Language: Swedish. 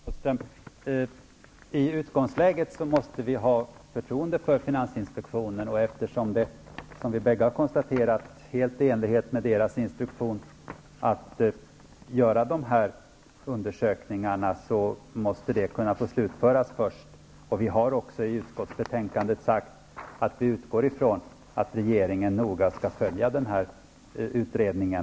Herr talman! I utgångsläget måste vi ha förtroende för finansinspektionen. Eftersom det, som vi bägge har konstaterat, är helt i enlighet med dess instruktion att göra dessa undersökningar, måste de få slutföras först. Vi har också sagt i utskottsbetänkandet att vi utgår ifrån att regeringen noga skall följa den här utredningen.